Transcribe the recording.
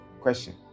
question